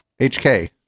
HK